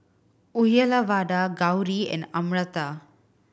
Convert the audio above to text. Uyyalawada Gauri and Amartya